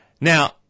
Now